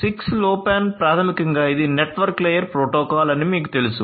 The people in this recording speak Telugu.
6Low PAN ప్రాథమికంగా ఇది నెట్వర్క్ లేయర్ ప్రోటోకాల్ అని మీకు తెలుసు